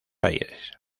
aires